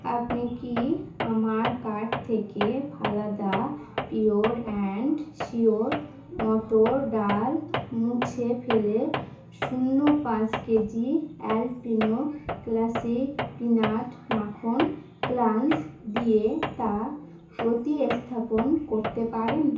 আপনি কি আমার কার্ট থেকে ফালাদা পিওর অ্যান্ড শিওর মটর ডাল মুছে ফেলে শূন্য পাঁচ কেজি অ্যালপিনো ক্লাসিক পিনাট মাখন ক্রাঞ্চ দিয়ে তা প্রতিস্থাপন করতে পারেন